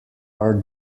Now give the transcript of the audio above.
are